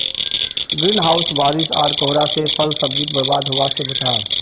green house बारिश आर कोहरा से फल सब्जिक बर्बाद होवा से बचाहा